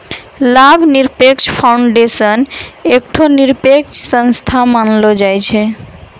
लाभ निरपेक्ष फाउंडेशन एकठो निरपेक्ष संस्था मानलो जाय छै